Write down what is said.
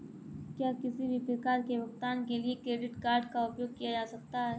क्या किसी भी प्रकार के भुगतान के लिए क्रेडिट कार्ड का उपयोग किया जा सकता है?